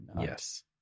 Yes